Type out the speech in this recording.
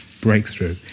breakthrough